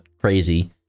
crazy